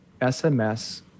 SMS